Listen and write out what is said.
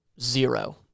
zero